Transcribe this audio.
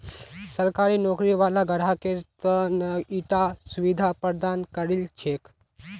सरकारी नौकरी वाला ग्राहकेर त न ईटा सुविधा प्रदान करील छेक